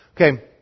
Okay